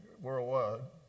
worldwide